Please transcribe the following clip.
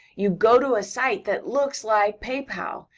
you go to a site that looks like paypal,